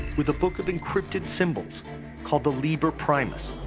with a book of encrypted symbols called the liber primus.